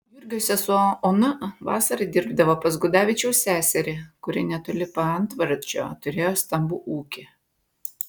jurgio sesuo ona vasarą dirbdavo pas gudavičiaus seserį kuri netoli paantvardžio turėjo stambų ūkį